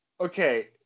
okay